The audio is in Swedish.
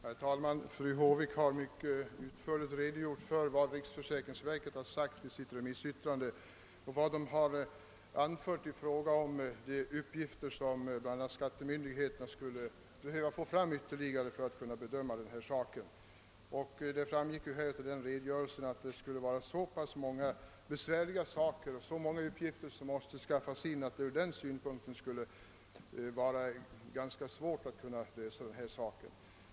Herr talman! Fru Håvik redogjorde mycket utförligt för vad riksförsäkringsverket anfört i sitt remissyttrande i vad gäller de kompletterande uppgifter som skattemyndigheterna skulle behöva skaffa fram för att kunna bedöma dessa ärenden. Av fru Håviks redogörelse framgick också att de uppgifter som skulle införskaffas är så många och svåra att det från den synpunkten är mycket besvärligt att rätta till denna sak.